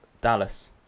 Dallas